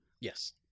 Yes